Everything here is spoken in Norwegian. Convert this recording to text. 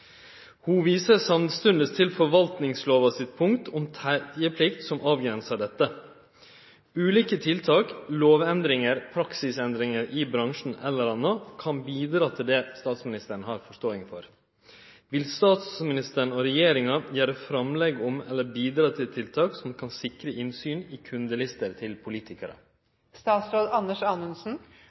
Ho viser samstundes til forvaltingslova sitt punkt om teieplikt, som avgrensar dette. Ulike tiltak, lovendringar, praksisendringar i bransjen eller anna kan bidra til det statsministeren har forståing for. Vil statsråden og regjeringa gjere framlegg om eller bidra til tiltak som kan sikre innsyn i kundelister til